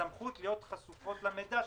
סמכות להיות חשופות למידע,